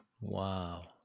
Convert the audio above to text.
Wow